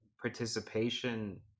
participation